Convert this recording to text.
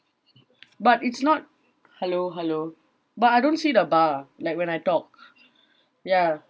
but it's not hello hello but I don't see the bar like when I talk ya